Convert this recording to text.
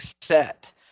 set